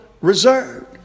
reserved